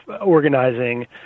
organizing